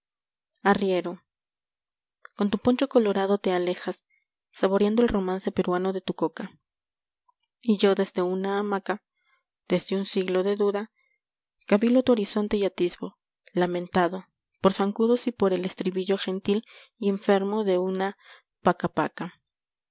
arriero con tu poncho colorado te alejas saboreando el romance peruano de tu coca y yo desde una hamaca desde un siglo de duda cabilo tu horizonte y atisbo lamentado por zancudos y por el estribillo gentil paca paca y enfermo de una